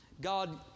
God